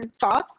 sauce